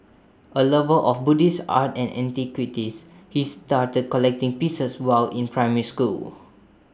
A lover of Buddhist art and antiquities he started collecting pieces while in primary school